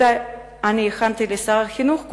שאותה הכנתי לשר החינוך,